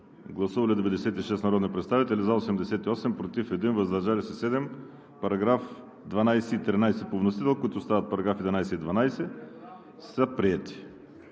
Гласували 96 народни представители: за 88, против 1, въздържали се 7. Параграфи 12 и 13 по вносител, които стават параграфи 11 и 12, са приети.